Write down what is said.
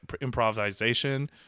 improvisation